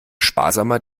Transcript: sparsamer